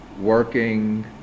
working